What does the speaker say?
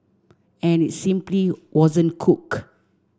and it simply wasn't cooked